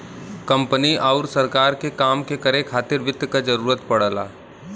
company आउर सरकार के काम के करे खातिर वित्त क जरूरत पड़ला